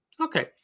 Okay